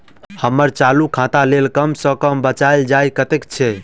हम्मर चालू खाता लेल कम सँ कम बचल पाइ कतेक छै?